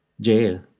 jail